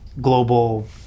global